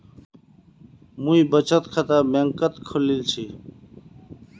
मुई बचत खाता बैंक़त खोलील छि